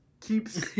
keeps